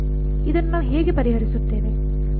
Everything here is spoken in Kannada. ಇದನ್ನು ನಾವು ಹೇಗೆ ಪರಿಹರಿಸುತ್ತೇವೆ